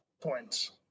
points